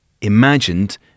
imagined